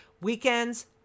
weekends